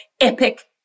epic